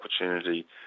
opportunity